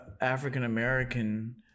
African-American